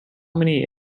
many